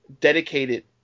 dedicated